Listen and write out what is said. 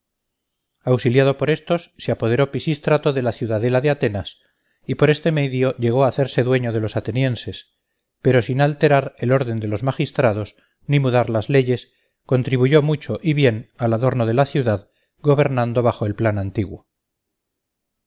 auxiliado por estos se apoderó pisístrato de la ciudadela de atenas y por este medio llegó a hacerse dueño de los atenienses pero sin alterar el orden de los magistrados ni mudar las leyes contribuyó mucho y bien al adorno de la ciudad gobernando bajo el plan antiguo